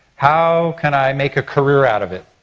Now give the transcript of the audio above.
how can i make a career out of it?